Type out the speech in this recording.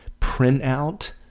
printout